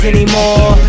Anymore